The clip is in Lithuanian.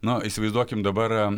nu įsivaizduokim dabar